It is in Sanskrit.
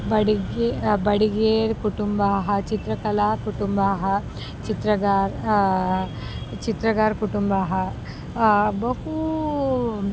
बडिगे बडिगेर् कुटुम्बाः चित्रकलाः कुटुम्बाः चित्रकाराः चित्रकारकुटुम्बाः बहु